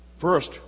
First